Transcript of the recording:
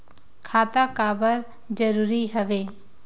खाता का बर जरूरी हवे?